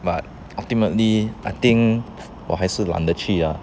but ultimately I think 我还是懒得去 ah